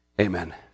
amen